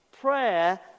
prayer